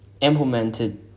implemented